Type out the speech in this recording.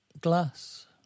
glass